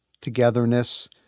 togetherness